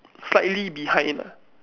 slightly behind ah